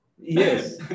Yes